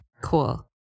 Cool